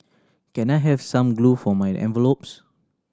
can I have some glue for my envelopes